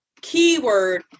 keyword